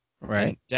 right